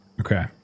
Okay